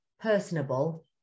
personable